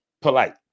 Polite